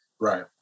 Right